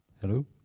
Hello